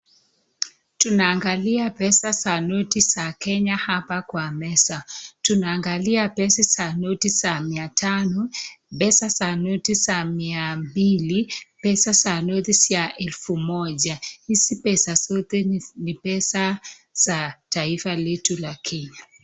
Tunaangalia pesa za noti za Kenya hapa kwa meza. Tunaangalia pesa za noti za mia tano, pesa za noti za mia mbili, pesa za noti za elfu moja. Hizi pesa zote ni pesa za taifa letu la Kenya.